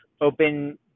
open